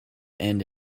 end